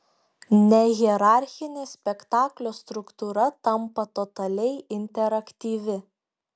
nehierarchinė spektaklio struktūra tampa totaliai interaktyvi